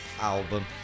album